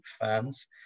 fans